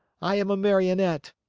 i am a marionette.